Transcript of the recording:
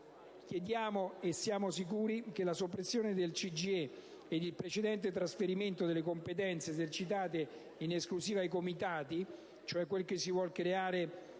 Pertanto, con la soppressione del CGIE ed il precedente trasferimento delle competenze esercitate in esclusiva ai Comitati, quel che si vuole creare